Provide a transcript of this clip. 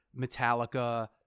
Metallica